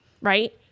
Right